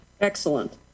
Excellent